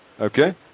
Okay